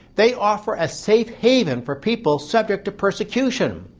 they offer a safe haven for people subject to persecution.